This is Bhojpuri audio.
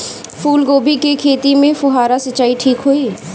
फूल गोभी के खेती में फुहारा सिंचाई ठीक होई?